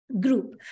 group